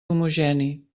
homogeni